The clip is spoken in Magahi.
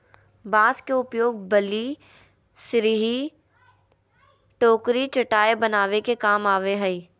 बांस के उपयोग बल्ली, सिरही, टोकरी, चटाय बनावे के काम आवय हइ